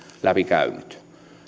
läpikäynyt